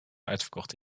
uitverkocht